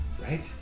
right